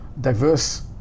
diverse